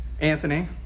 Anthony